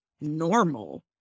normal